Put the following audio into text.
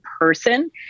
person